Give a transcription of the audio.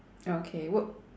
okay we~